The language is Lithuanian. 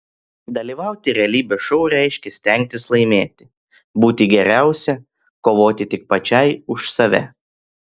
dalyvauti realybės šou reiškia stengtis laimėti būti geriausia kovoti tik pačiai už save